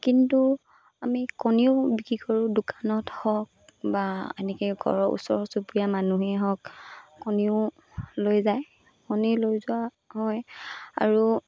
কিন্তু আমি কণীও বিক্ৰী কৰোঁ দোকানত হওক বা এনেকৈ ঘৰৰ ওচৰ চুবুৰীয়া মানুহেই হওক কণীও লৈ যায় কণী লৈ যোৱা হয় আৰু